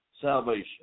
salvation